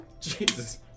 Jesus